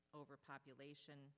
overpopulation